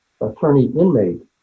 attorney-inmate